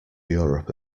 europe